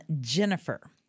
Jennifer